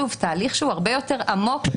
שוב, תהליך שהוא הרבה יותר עמוק.